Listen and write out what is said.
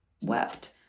wept